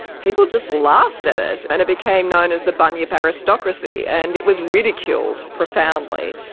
people just laughed at it and it became known as the bunyip aristocracy and it was ridiculed profoundly.